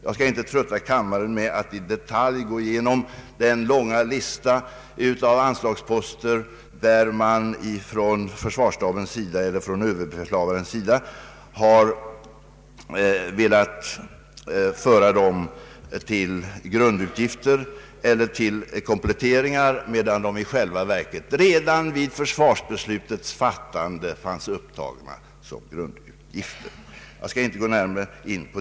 Jag skall inte trötta kammaren med att i detalj gå igenom den lista av anslagsposter som försvarsstaben eller överbefälhavaren har velat föra till kompletteringar, medan de i själva verket redan vid försvarsbeslutets fattande fanns upptagna som grundutgifter.